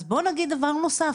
אז בואו נגיד דבר נוסף,